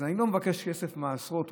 אז אני לא מבקש כסף מעשרות,